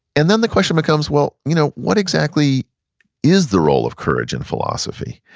and then the question becomes well, you know what exactly is the role of courage in philosophy?